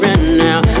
now